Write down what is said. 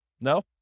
No